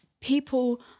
people